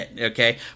Okay